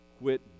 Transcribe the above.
quit